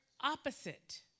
opposite